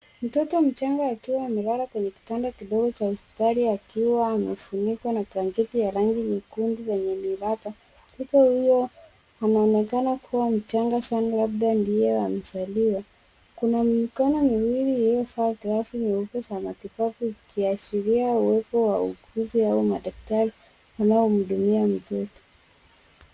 Mtoto mchanga akiwa amelala kwenye kitanda kidogo cha hospitali akiwa amefunikwa na blanketi ya rangi nyekundu yenye miraba. Mtoto huyo anaonekana kuwa mchanga sana, labda ndiye amezaliwa. Kuna mikono miwili iliyovaa glovu nyeupe za matibabu, ikiashiria uwepo wa wauguzi au madaktari wanaomhudumia mtoto.